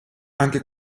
anche